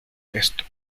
esto